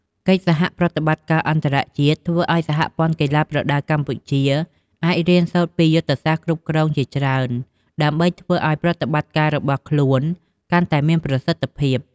កិច្ចសហប្រតិបត្តិការអន្តរជាតិ ធ្វើឲ្យសហព័ន្ធកីឡាប្រដាល់កម្ពុជា អាចរៀនសូត្រពីយុទ្ធសាស្ត្រគ្រប់គ្រងជាច្រើន ដើម្បីធ្វើឲ្យប្រតិបត្តិការរបស់ខ្លួនកាន់តែមានប្រសិទ្ធភាព។